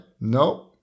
Nope